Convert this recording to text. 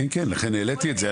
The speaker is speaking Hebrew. לכן העליתי את זה.